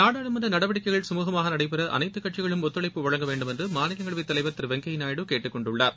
நாடாளுமன்ற நடவடிக்கைகள் சுமூகமாக நடைபெற அனைத்து கட்சிகளும் ஒத்துழைப்பு வழங்க வேண்டும் என்று மாநிலங்களவை தலைவர் திரு வெங்கையா நாயுடு கேட்டுக் கொண்டுள்ளார்